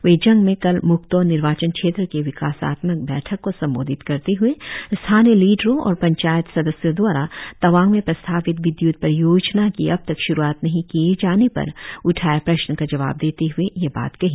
वे जंग मे कल म्क्तो निर्वाचन क्षेत्र के विकासात्मक बैठक को संबोधित करते हुए स्थानीय लिडरो और पंचायत सदस्यो दवारा तवांग में प्रस्तावित विद्यूत परियोजना की अबतक श्रुआत नही किए जाने पर उठाए प्रश्न का जवाब देते हए यह बात कही